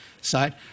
side